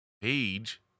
page